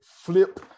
Flip